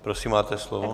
Prosím, máte slovo.